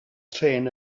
trên